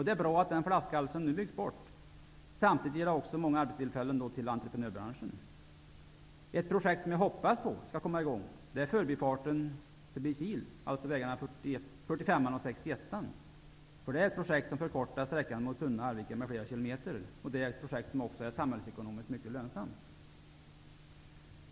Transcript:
Det är bra att den flaskhalsen nu byggs bort. Det ger samtidigt många arbetstillfällen till entreprenörbranschen. Ett projekt som jag hoppas skall komma i gång gäller förbifarten vid Kil, alltså vägarna 45 och 61. Sunne och Arvika med flera kilometer. Det är ett projekt som också samhällsekonomiskt är mycket lönsamt.